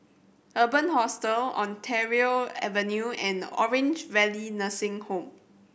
Urban Hostel Ontario Avenue and Orange Valley Nursing Home